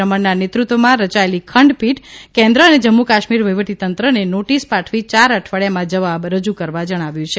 રમણના નેતૃત્વમાં રચાયેલી ખંડપીઠે કેન્દ્ર અને જમ્મુ કાશ્મીર વહીવટીતંત્રને નોટીસ પાઠવી ચાર અઠવાડિયામાં જવાબ રજૂ કરવા જણાવ્યું છે